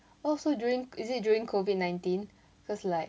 oh so during is it during COVID nineteen cause like